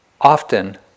often